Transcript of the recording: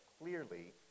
clearly